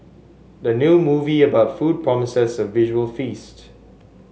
the new movie about food promises a visual feast